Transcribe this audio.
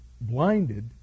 blinded